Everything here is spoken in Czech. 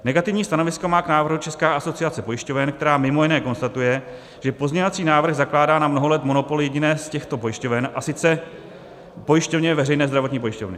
Negativní stanovisko má k návrhu Česká asociace pojišťoven, který mimo jiné konstatuje, že pozměňovací návrh zakládá na mnoho let monopol jediné z těchto pojišťoven, a sice pojišťovně Veřejné zdravotní pojišťovny.